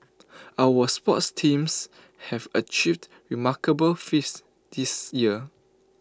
our sports teams have achieved remarkable feats this year